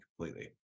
completely